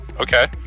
okay